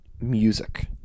music